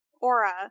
Aura